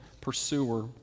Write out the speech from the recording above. pursuer